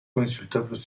consultables